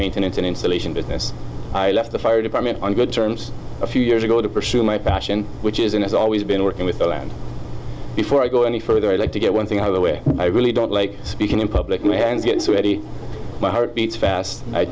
maintenance and installation business i left the fire department on good terms a few years ago to pursue my passion which is in it's always been working with the land before i go any further i like to get one thing out of the way i really don't like speaking in public my hands get sweaty my heart beats fast i